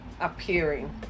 appearing